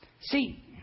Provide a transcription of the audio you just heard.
See